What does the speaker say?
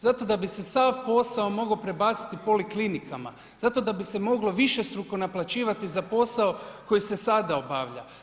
Zato da bi se sav posao mogao prebaciti poliklinikama, zato da bi se moglo višestruko naplaćivati za posao koji se sada obavlja.